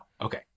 Okay